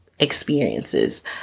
Experiences